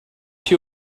she